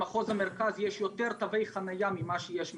במחוז המרכז יש יותר תווי חניה ממה שיש מכוניות,